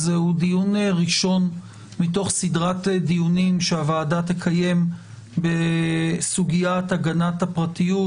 זהו דיון ראשון מתוך סדרת דיונים שהוועדה תקיים בסוגיית הגנת הפרטיות,